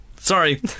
Sorry